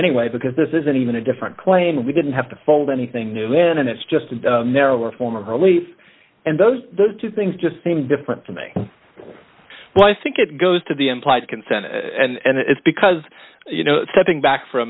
anyway because this isn't even a different claim we didn't have to fold anything new in and it's just a narrower form of relief and those two things just seem different to me well i think it goes to the implied consent and it's because you know stepping back for a